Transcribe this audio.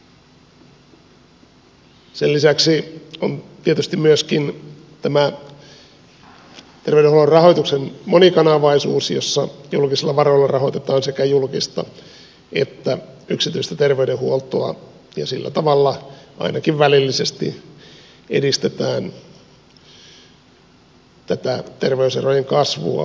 sen lisäksi on tietysti myöskin tämä terveydenhuollon rahoituksen monikanavaisuus jossa julkisilla varoilla rahoitetaan sekä julkista että yksityistä terveydenhuoltoa ja sillä tavalla ainakin välillisesti edistetään tätä terveyserojen kasvua